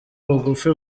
bugufi